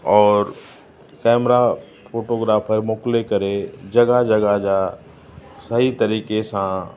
और camera photographer मोकिले करे जॻहि जॻहि जा सही तरीक़े सां